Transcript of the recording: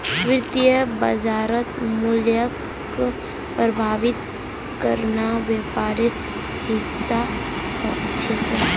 वित्तीय बाजारत मूल्यक प्रभावित करना व्यापारेर हिस्सा छिके